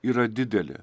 yra didelė